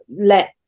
let